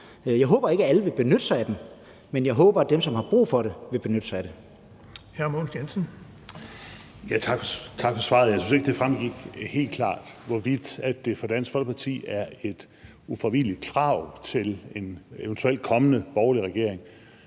Jeg håber ikke, at alle vil benytte sig af den, men jeg håber, at dem, som har brug for det, vil benytte sig af den.